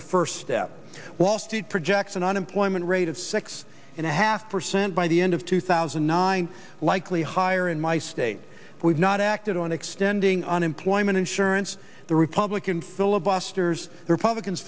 the first step wall street projects an unemployment rate of six and a half percent by the end of two thousand and nine likely higher in my state we've not acted on extending unemployment insurance the republican filibusters the republicans